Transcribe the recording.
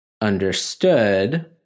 understood